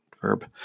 verb